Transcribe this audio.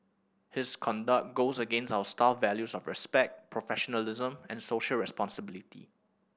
his conduct goes against our staff values of respect professionalism and social responsibility